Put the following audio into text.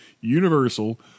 Universal